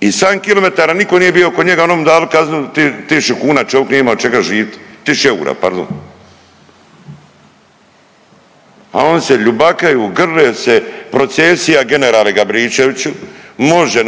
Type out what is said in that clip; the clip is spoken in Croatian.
i sedam kilometara niko nije bio oko njega oni mu dali kaznu tisuću kunu čovik nije imo od čega živit, tisuću eura pardon. A oni se ljubakaju, grle se, procesija generale Gabričeviću, može